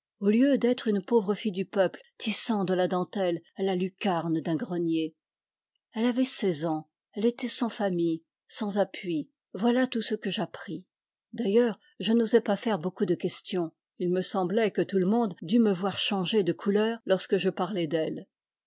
au lieu d'être une pauvre fille du peuple tissant de la dentelle à la lucarne d'un grenier elle avait seize ans elle était sans famille sans appui voilà tout ce que j'appris d'ailleurs je n'osais pas faire beaucoup de questions il me semblait que tout le monde dût me voir changer de couleur lorsque je parlais d'elle